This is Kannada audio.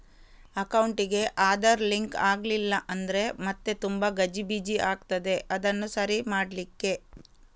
ಅಕೌಂಟಿಗೆ ಆಧಾರ್ ಲಿಂಕ್ ಆಗ್ಲಿಲ್ಲ ಅಂದ್ರೆ ಮತ್ತೆ ತುಂಬಾ ಗಜಿಬಿಜಿ ಆಗ್ತದೆ ಅದನ್ನು ಸರಿ ಮಾಡ್ಲಿಕ್ಕೆ